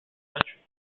country